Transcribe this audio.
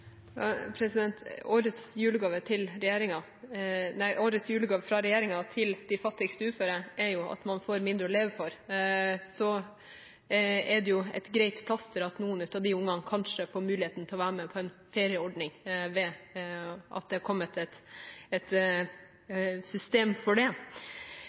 Årets julegave fra regjeringen til de fattigste uføre er jo at man får mindre å leve for. Det er et greit plaster på såret at noen av de ungene kanskje får muligheten til å være med på en ferieordning ved at det har kommet et system for det. Statsråden nevnte også arbeid som den viktigste måten å få folk ut av fattigdom på. Det